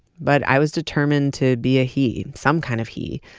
but i was determined to be a he, some kind of he,